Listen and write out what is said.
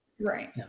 right